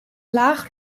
laag